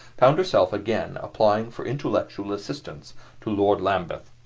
found herself again applying for intellectual assistance to lord lambeth.